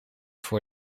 voor